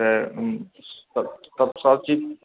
तऽ तब सबचीज